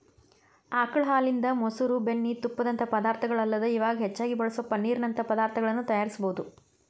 ಆಕಳ ಹಾಲಿನಿಂದ, ಮೊಸರು, ಬೆಣ್ಣಿ, ತುಪ್ಪದಂತ ಪದಾರ್ಥಗಳಲ್ಲದ ಇವಾಗ್ ಹೆಚ್ಚಾಗಿ ಬಳಸೋ ಪನ್ನೇರ್ ನಂತ ಪದಾರ್ತಗಳನ್ನ ತಯಾರಿಸಬೋದು